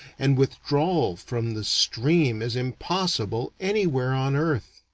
and withdrawal from the stream is impossible anywhere on earth.